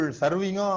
serving